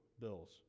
bills